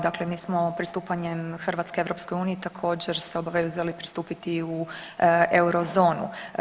Dakle, mi smo pristupanjem Hrvatskoj EU također se obvezali pristupiti u eurozonu.